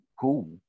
cool